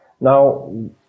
Now